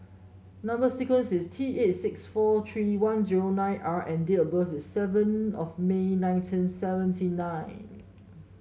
number sequence is T eight six four three one zero nine R and date of birth is seven of May nineteen seventy nine